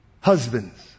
Husbands